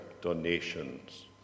donations